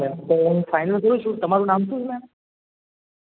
તો હું ફાઈનલ કરું છું તમારું નામ શું છે મેમ